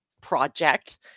project